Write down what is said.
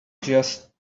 just